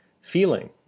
feeling